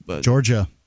Georgia